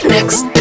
Next